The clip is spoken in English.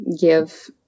give